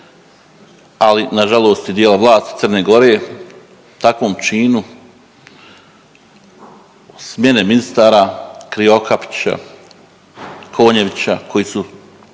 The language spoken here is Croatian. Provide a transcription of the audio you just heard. ali na žalost i dijela vlasti Crne Gore takvom činu smjene ministara Krivokapića, Konjevića koji su